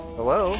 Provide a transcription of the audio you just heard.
Hello